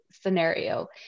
scenario